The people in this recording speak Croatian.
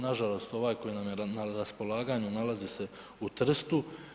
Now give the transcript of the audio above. Nažalost ovaj koji nam je na raspolaganju nalazi se u Trstu.